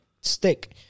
stick